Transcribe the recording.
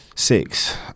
Six